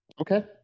okay